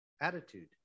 attitude